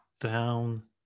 down